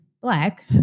black